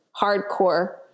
hardcore